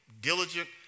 diligent